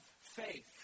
faith